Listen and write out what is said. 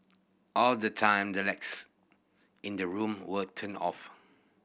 all the time the lights in the room were turned off